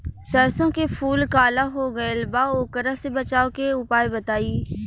सरसों के फूल काला हो गएल बा वोकरा से बचाव के उपाय बताई?